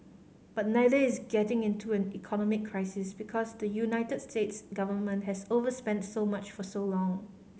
but neither is getting into an economic crisis because the United States government has overspent so much for so long